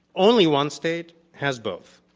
only one state has both.